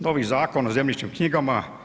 Novi Zakon o zemljišnim knjigama.